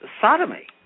sodomy